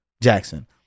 Jackson